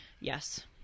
Yes